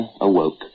awoke